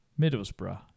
Middlesbrough